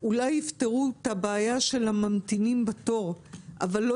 אולי יפתרו את הבעיה של הממתינים בתור אבל לא